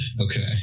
Okay